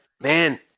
man